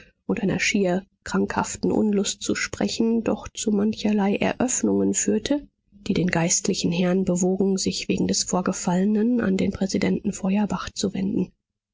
und einer schier krankhaften unlust zu sprechen doch zu mancherlei eröffnungen führte die den geistlichen herrn bewogen sich wegen des vorgefallenen an den präsidenten feuerbach zu wenden